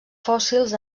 fòssils